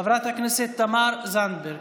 חברת הכנסת תמר זנדברג,